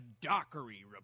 Dockery